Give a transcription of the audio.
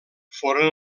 foren